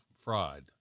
fried